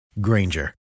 Granger